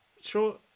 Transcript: sure